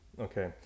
Okay